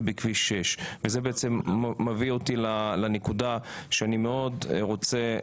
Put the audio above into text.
בכביש 6. וזה בעצם מביא אותי לנקודה שאני מאוד רוצה,